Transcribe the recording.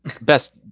best